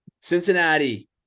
Cincinnati